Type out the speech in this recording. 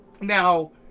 Now